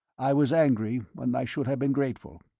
i was angry when i should have been grateful.